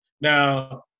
Now